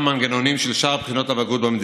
מנגנונים של שאר בחינות הבגרות במדינה.